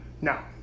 Now